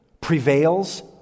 prevails